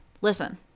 Listen